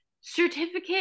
certificate